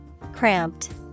Cramped